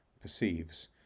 perceives